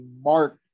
mark